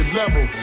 level